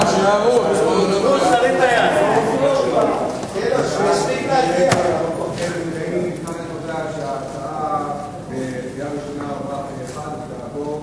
התש"ע 2010. מי בעד?